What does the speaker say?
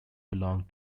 belong